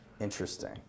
Interesting